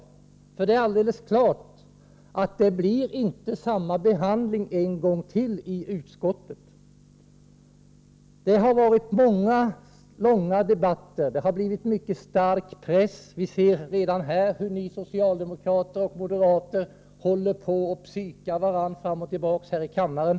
Det står nämligen alldeles klart att behandlingen i utskottet inte kommer att bli densamma en gång till. Det har förts många och långa debatter i dessa frågor, och pressen har blivit stark på många. Vi har hört hur ni socialdemokrater och moderater har psykat varandra här i kammaren.